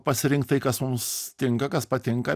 pasirink tai kas mums tinka kas patinka